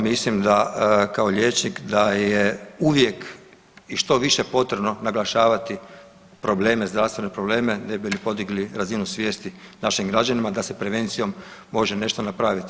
Mislim da kao liječnik da je uvijek i što više potrebno naglašavati probleme, zdravstvene probleme ne bi li podigli razinu svijesti našim građanima da se prevencijom može nešto napraviti.